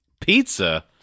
pizza